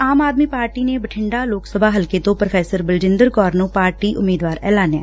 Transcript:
ਆਮ Aadmi party ਨੇ ਬਠਿੰਡਾ ਲੋਕ ਸਭਾ ਹਲਕੇ ਤੋਂ ਪ੍ਰੋਫੈਸਰ ਬਲਜਿੰਦਰ ਕੌਰ ਨੂੰ ਪਾਰਟੀ ਉਮੀਦਵਾਰ ਐਲਾਨਿਆ